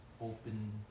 open